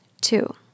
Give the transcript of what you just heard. Two